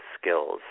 skills